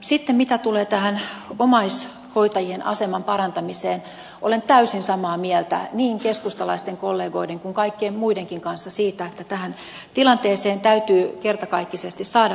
sitten mitä tulee omaishoitajien aseman parantamiseen niin olen täysin samaa mieltä niin keskustalaisten kollegoiden kuin kaikkien muidenkin kanssa siitä että tähän tilanteeseen täytyy kertakaikkisesti saada parannus